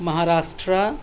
Maharashtra